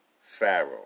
Pharaoh